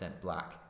black